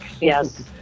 yes